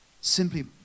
Simply